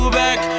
back